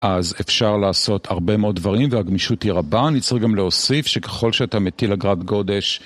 אז אפשר לעשות הרבה מאוד דברים, והגמישות היא רבה. אני צריך גם להוסיף שככל שאתה מטיל אגרת גודש...